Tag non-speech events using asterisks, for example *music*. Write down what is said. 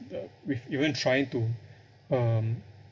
the with even trying to *breath* um